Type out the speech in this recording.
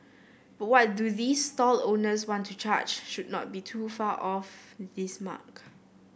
but what do these stall owners want to charge should not be too far off this mark